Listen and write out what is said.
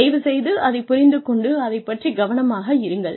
தயவுசெய்து அதைப் புரிந்து கொண்டு அதைப் பற்றி கவனமாக இருங்கள்